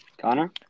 Connor